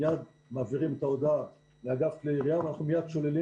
מיד מעבירים את ההודעה לאגף כלי ירייה ואנחנו מיד שוללים